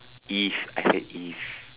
if I said if